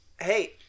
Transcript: Hey